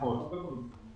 נכון.